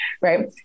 Right